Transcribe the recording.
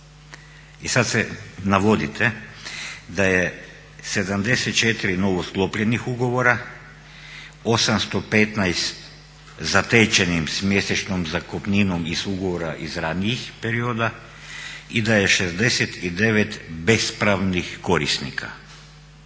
I sad navodite da je 74 novosklopljenih ugovora, 815 zatečenim s mjesečnom zakupninom iz ugovora iz ranijih perioda i da je 69 bespravnih korisnika.